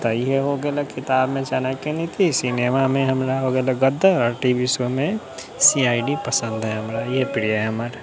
तऽ ई हो गेलै किताब मे चाणक्य नीति सिनेमा मे हमरा हो गेलै गदर आ टी वी शो मे सी आइ डी पसंद है हमरा यही प्रिय है हमर